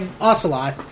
Ocelot